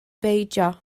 beidio